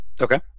Okay